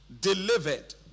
delivered